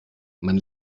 man